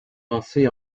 pensée